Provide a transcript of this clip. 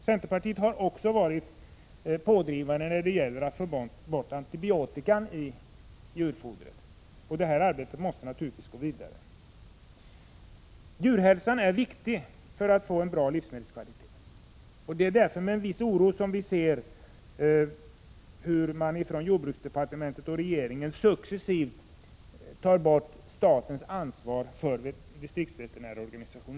Centerpartiet har också varit pådrivande när det gäller att ta bort antibiotikan i djurfodret, och det arbetet måste naturligtvis fortsätta. Djurhälsan är viktig för att vi skall få en bra livsmedelskvalitet. Det är därför med en viss oro vi ser hur jordbruksdepartementet och regeringen successivt tar bort statens ansvar för distriktsveterinärorganisationen.